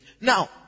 Now